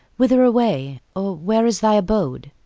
whither away, or where is thy abode?